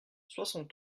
soixante